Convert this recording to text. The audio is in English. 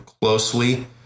closely